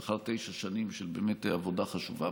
לאחר תשע שנים של באמת עבודה חשובה,